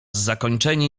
zakończenie